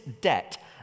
debt